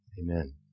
Amen